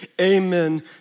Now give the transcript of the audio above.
amen